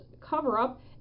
cover-up